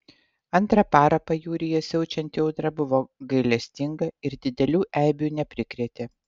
antrą parą pajūryje siaučianti audra buvo gailestinga ir didelių eibių neprikrėtė